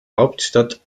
hauptstadt